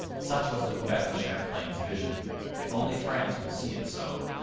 such was the quebec of champlain's vision if only france would see it so!